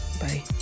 Bye